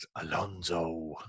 Alonso